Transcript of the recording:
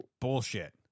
Bullshit